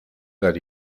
that